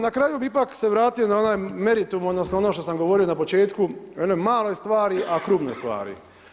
Na kraju bih ipak se vratio na ona meritum, odnosno ono što sam govorio na početku o jednoj maloj stvari, a krupnoj stvari.